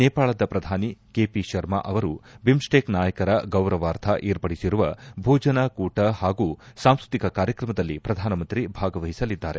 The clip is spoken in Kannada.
ನೇಪಾಳದ ಪ್ರಧಾನಿ ಕೆ ಪಿ ಶರ್ಮಾ ಅವರು ಬಿಮ್ಸ್ಸೆಕ್ ನಾಯಕರ ಗೌರವಾರ್ಥ ಏರ್ಪಡಿಸಿರುವ ಭೋಜನಾಕೂಟ ಹಾಗೂ ಸಾಂಸ್ತ್ರತಿಕ ಕಾರ್ಯಕ್ರಮದಲ್ಲಿ ಪ್ರಧಾನಮಂತ್ರಿ ಭಾಗವಹಿಸಲಿದ್ದಾರೆ